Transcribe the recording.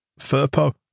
Furpo